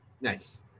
Nice